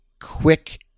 quick